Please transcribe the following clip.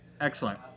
Excellent